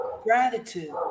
gratitude